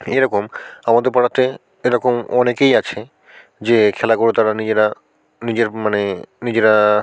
এরকম আমাদের পাড়াতে এরকম অনেকেই আছে যে খেলাগুলো তারা নিজেরা নিজের মানে নিজেরা